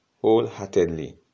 wholeheartedly